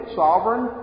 sovereign